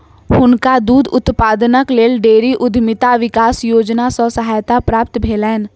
हुनका दूध उत्पादनक लेल डेयरी उद्यमिता विकास योजना सॅ सहायता प्राप्त भेलैन